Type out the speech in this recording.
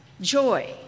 joy